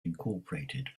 incorporated